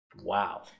Wow